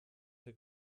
her